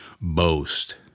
boast